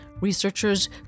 Researchers